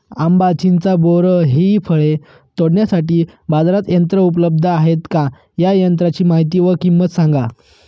आंबा, चिंच, बोर हि फळे तोडण्यासाठी बाजारात यंत्र उपलब्ध आहेत का? या यंत्रांची माहिती व किंमत सांगा?